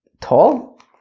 tall